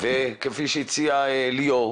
כפי שהציע ליאור,